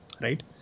right